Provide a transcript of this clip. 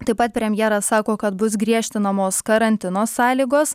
taip pat premjeras sako kad bus griežtinamos karantino sąlygos